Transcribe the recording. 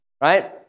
right